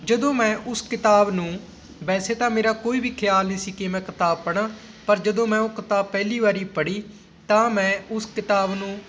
ਜਦੋਂ ਮੈਂ ਉਸ ਕਿਤਾਬ ਨੂੰ ਵੈਸੇ ਤਾਂ ਮੇਰਾ ਕੋਈ ਵੀ ਖਿਆਲ ਨਹੀਂ ਸੀ ਕਿ ਮੈਂ ਕਿਤਾਬ ਪੜ੍ਹਾਂ ਪਰ ਜਦੋਂ ਮੈਂ ਉਹ ਕਿਤਾਬ ਪਹਿਲੀ ਵਾਰੀ ਪੜ੍ਹੀ ਤਾਂ ਮੈਂ ਉਸ ਕਿਤਾਬ ਨੂੰ